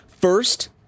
First